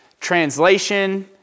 translation